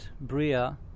Bria